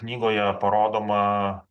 knygoje parodoma